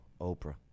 Oprah